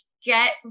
get